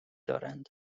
دارند